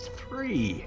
three